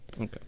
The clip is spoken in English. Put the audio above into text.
Okay